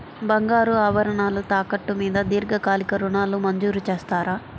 బంగారు ఆభరణాలు తాకట్టు మీద దీర్ఘకాలిక ఋణాలు మంజూరు చేస్తారా?